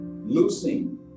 losing